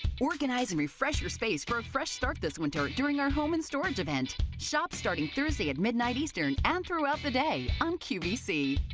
organized and refresh your space for a fresh start this winter during our home and storage event. shop starting thursday at midnight eastern and throughout the day on qvc.